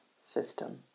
system